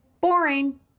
boring